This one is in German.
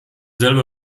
selbe